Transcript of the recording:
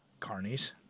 carnies